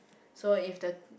so if the